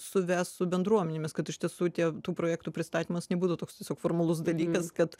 suves su bendruomenėmis kad iš tiesų tie tų projektų pristatymas nebūtų toks tiesiog formalus dalykas kad